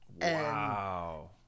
Wow